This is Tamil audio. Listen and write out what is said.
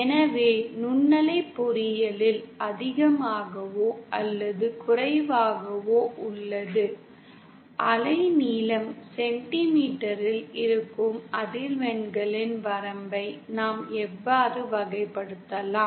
எனவே நுண்ணலை பொறியியலில் அதிகமாகவோ அல்லது குறைவாகவோ உள்ளது அலைநீளம் சென்டிமீட்டரில் இருக்கும் அதிர்வெண்களின் வரம்பை நாம் எவ்வாறு வகைப்படுத்தலாம்